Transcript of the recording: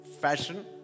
fashion